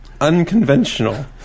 unconventional